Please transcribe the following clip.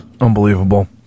unbelievable